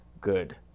good